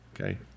okay